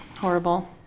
Horrible